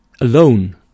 alone